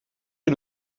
est